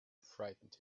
frightened